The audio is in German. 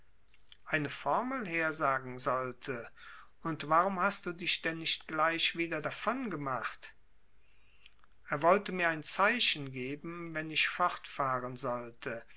eine formel hersagen sollte und warum hast du dich denn nicht gleich wieder davongemacht er wollte mir ein zeichen geben wenn ich fortfahren sollte